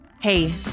Hey